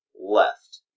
left